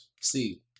See